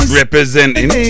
representing